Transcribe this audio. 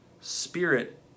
Spirit